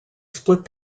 split